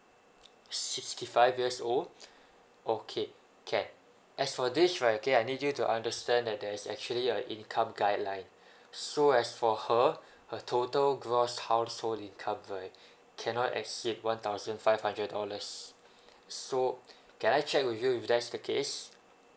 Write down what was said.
sixty five years old okay can as for this right okay I need you to understand that there's actually a income guideline so as for her her total gross household income right cannot exceed one thousand five hundred dollars so can I check with you if that's the case